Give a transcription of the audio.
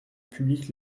public